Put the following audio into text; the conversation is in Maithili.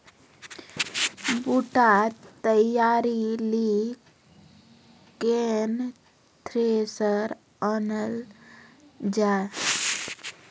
बूटा तैयारी ली केन थ्रेसर आनलऽ जाए?